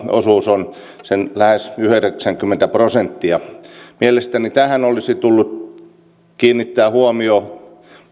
osuus on sen lähes yhdeksänkymmentä prosenttia mielestäni tähän olisi tullut kiinnittää huomio